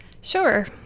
Sure